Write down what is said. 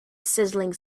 sizzling